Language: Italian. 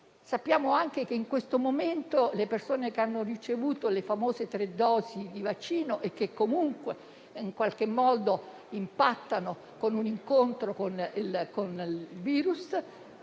Sappiamo anche che, in questo momento, le persone che hanno ricevuto le famose tre dosi di vaccino e che comunque impattano, incontrano il virus